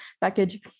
package